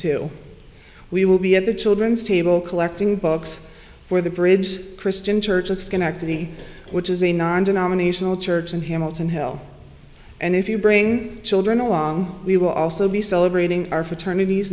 two we will be at the children's table collecting books for the bridge christian church at schenectady which is a non denominational church in hamilton hill and if you bring children along we will also be celebrating our fraternities